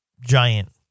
giant